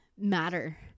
matter